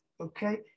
Okay